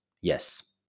Yes